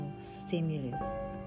stimulus